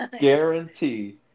guarantee